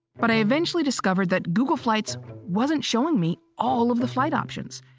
but i eventually discovered that google flights wasn't showing me all of the flight options.